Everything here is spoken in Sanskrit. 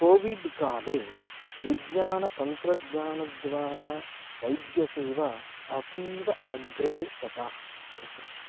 कोविड् काले विज्ञानतन्त्रज्ञानद्वारा वैद्यसेवा अतीव अग्रे गता तत्र